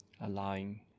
allowing